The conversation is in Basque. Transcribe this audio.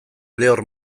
lehor